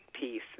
peace